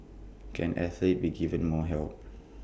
can athletes be given more help